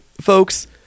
folks